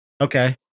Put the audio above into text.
Okay